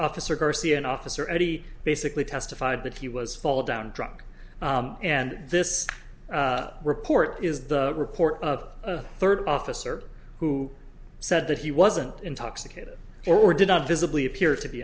officer garcia and officer eddy basically testified that he was fall down drunk and this report is the report of a third officer who said that he wasn't intoxicated or did not visibly appear to be